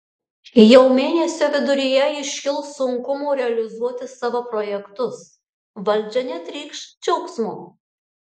jau mėnesio viduryje iškils sunkumų realizuoti savo projektus valdžia netrykš džiaugsmu